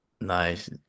Nice